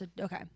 Okay